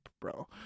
bro